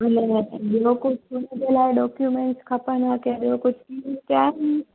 ॿियो कुझु बि मुंहिंजे लाइ डोक्यूमेंट खपंदो आहे की ॿियो कुझु बि हुते आहे नी